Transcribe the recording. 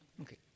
Okay